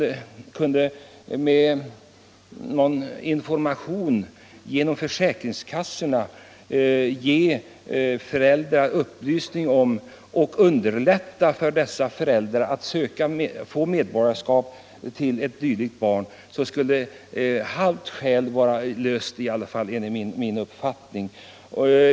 Men om man t.ex. genom någon information via försäkringskassorna skulle kunna ge föräldrar upplysning om möjligheterna och underlätta för dem att söka medborgarskap ull dessa barn, skulle halva problemet vara löst enligt min uppfattning.